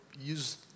use